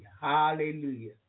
Hallelujah